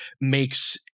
makes –